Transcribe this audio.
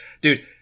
Dude